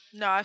no